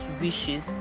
wishes